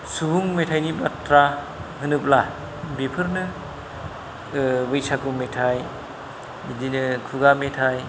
सुबुं मेथायनि बाथ्रा होनोब्ला बेफोरनो बैसागो मेथाय बिदिनो खुगा मेथाय